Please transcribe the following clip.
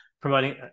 promoting